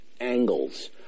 angles